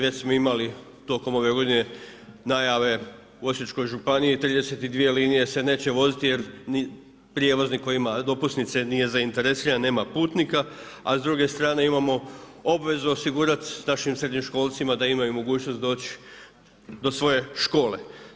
Već smo imali tokom ove godine najave u Osječkoj županiji 32 linije se neće voziti jer prijevoznik koji ima dopusnice nije zainteresiran, nema putnika, a s druge strane imamo obvezu osigurati našim srednjoškolcima da imaju mogućnost doći do svoje škole.